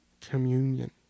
communion